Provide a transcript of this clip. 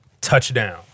Touchdown